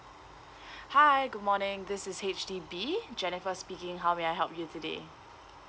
hi good morning this is H_D_B jennifer speaking how may I help you today